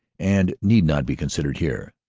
and need not be considered here.